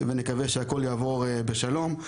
נקווה שהכול יעבור בשלום.